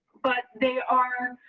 but they are